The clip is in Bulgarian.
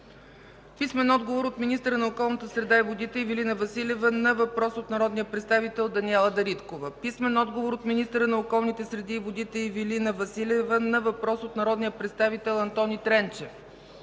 връчване от: - министъра на околната среда и водите Ивелина Василева на въпрос от народния представител Даниела Дариткова; - министъра на околната среда и водите Ивелина Василева на въпрос от народния представител Антони Тренчев;